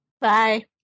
Bye